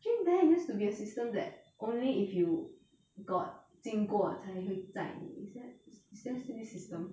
actually there used to be a system that only if you got 经过才会载你 is that is there still this system